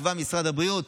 שיקבע משרד הבריאות,